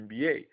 NBA